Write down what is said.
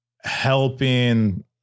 helping